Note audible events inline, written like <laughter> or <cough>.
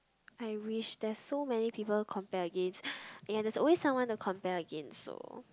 I wish there's so many people compare against <breath> and there's always someone to compare against so